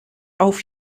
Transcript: auf